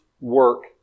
work